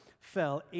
fell